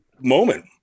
moment